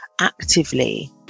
actively